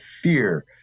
fear